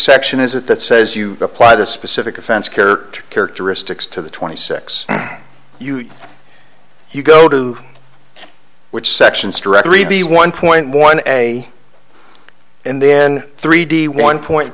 section is it that says you applied a specific offense care to characteristics to the twenty six you you go to which sections directory b one point one a and then three d one point